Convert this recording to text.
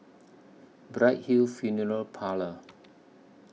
Bright Hill Funeral Parlour